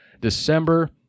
December